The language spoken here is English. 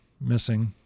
missing